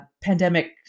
pandemic